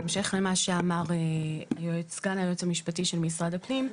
בהמשך למה שאמר סגן היועץ המשפטי של משרד הפנים,